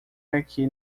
aqui